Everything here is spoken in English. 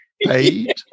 paid